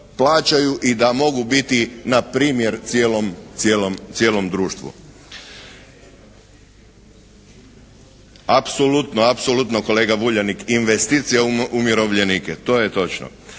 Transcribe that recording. i da mogu biti na primjer cijelom društvu. … /Upadica se ne čuje./ … Apsolutno kolega Vuljanić, investicija u umirovljenike. To je točno.